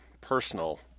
personal